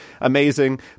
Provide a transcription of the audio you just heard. amazing